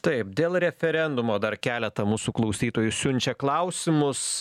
taip dėl referendumo dar keletą mūsų klausytojų siunčia klausimus